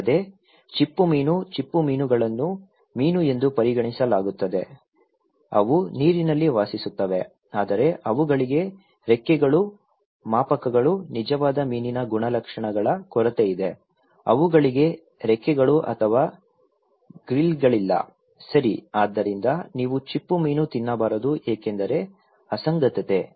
ಅಲ್ಲದೆ ಚಿಪ್ಪುಮೀನು ಚಿಪ್ಪುಮೀನುಗಳನ್ನು ಮೀನು ಎಂದು ಪರಿಗಣಿಸಲಾಗುತ್ತದೆ ಅವು ನೀರಿನಲ್ಲಿ ವಾಸಿಸುತ್ತವೆ ಆದರೆ ಅವುಗಳಿಗೆ ರೆಕ್ಕೆಗಳು ಮಾಪಕಗಳು ನಿಜವಾದ ಮೀನಿನ ಗುಣಲಕ್ಷಣಗಳ ಕೊರತೆಯಿದೆ ಅವುಗಳಿಗೆ ರೆಕ್ಕೆಗಳು ಅಥವಾ ಗ್ರಿಲ್ಗಳಿಲ್ಲ ಸರಿ ಆದ್ದರಿಂದ ನೀವು ಚಿಪ್ಪುಮೀನು ತಿನ್ನಬಾರದು ಏಕೆಂದರೆ ಅಸಂಗತತೆ